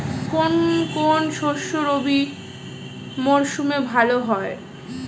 কোন কোন শস্য রবি মরশুমে ভালো হয়?